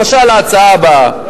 למשל להצעה הבאה.